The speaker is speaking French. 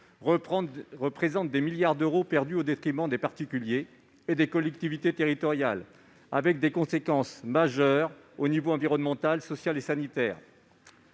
représente des milliards d'euros perdus, au détriment des particuliers et des collectivités territoriales, avec des conséquences majeures aux niveaux environnemental, social et sanitaire.